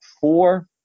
four